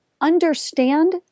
understand